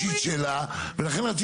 על עיכוב פינויים באופן גורף בכל מה שקשור